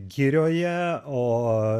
girioje o